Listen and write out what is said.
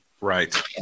Right